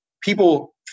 people